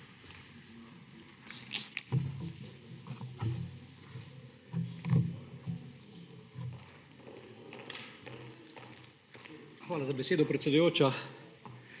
Hvala za besedo, predsedujoča.